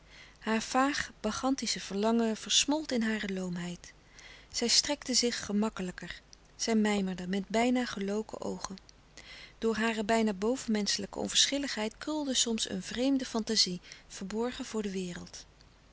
haar vaag bacchantisch verlangen versmolt in hare loomheid zij strekte zich gemakkelijker zij mijmerde met bijna geloken oogen door hare bijna bovenmenschelijke onverschilligheid krulde soms een vreemde fantazie verborgen voor de wereld